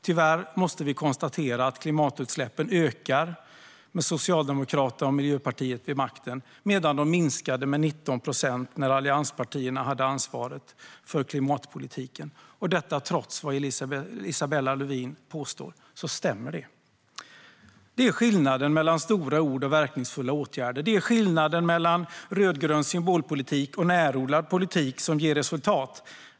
Tyvärr måste vi konstatera att klimatutsläppen ökar med Socialdemokraterna och Miljöpartiet vid makten medan de minskade med 19 procent när allianspartierna hade ansvaret. Trots vad Isabella Lövin påstår stämmer det! Det är skillnaden mellan stora ord och verkningsfulla åtgärder, mellan rödgrön symbolpolitik och närodlad politik, som ger resultat.